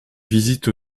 visite